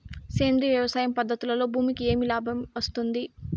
సేంద్రియ వ్యవసాయం పద్ధతులలో భూమికి ఏమి లాభమేనా వస్తుంది?